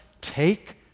take